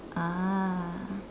ah